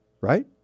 right